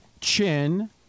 Chin